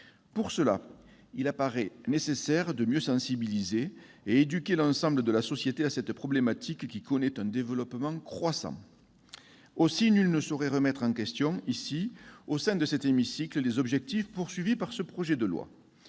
Pour cela, il apparaît nécessaire de mieux sensibiliser et éduquer l'ensemble de la société à cette problématique qui connaît un développement croissant. Aussi, nul ne saurait remettre en question, au sein de cet hémicycle, les objectifs poursuivis par ce projet de loi.